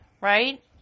Right